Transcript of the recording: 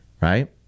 right